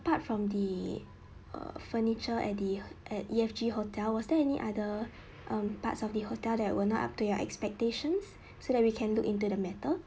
apart from the err furniture at the at E F G hotel was there any other um parts of the hotel that were not up to your expectations so that we can look into the matter